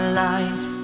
light